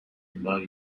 اطلاعی